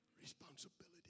responsibility